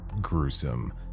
gruesome